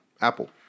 Apple